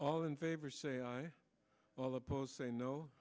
all in favor say aye well opposed say no